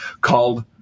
called